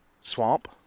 swamp